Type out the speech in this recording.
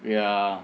ya